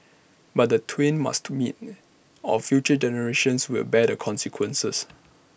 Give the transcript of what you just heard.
but the twain must meet or future generations will bear the consequences